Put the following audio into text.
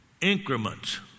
increments